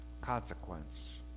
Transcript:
consequence